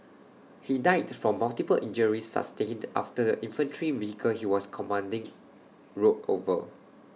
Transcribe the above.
he died from multiple injuries sustained after the infantry vehicle he was commanding rolled over